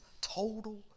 total